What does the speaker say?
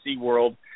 SeaWorld